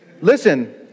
Listen